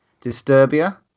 Disturbia